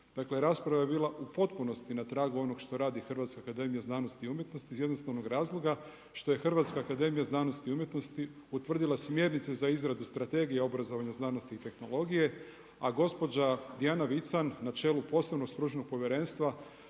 Dakle rasprava je bila u potpunosti na tragu onoga što radi HAZU iz jednostavnog razloga što je HAZU utvrdila smjernice za izradu Strategije obrazovanja, znanosti i tehnologije, a gospođa Dijana Vican na čelu Posebnog stručnog povjerenstva